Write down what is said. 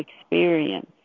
experience